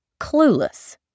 clueless